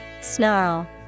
Snarl